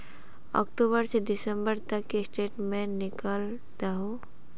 अक्टूबर से दिसंबर तक की स्टेटमेंट निकल दाहू?